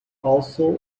also